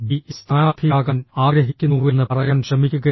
A സ്ഥാനാർത്ഥിയാകാൻ ആഗ്രഹിക്കുന്നുവെന്ന് പറയാൻ ശ്രമിക്കുകയാണ്